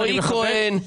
רועי כהן,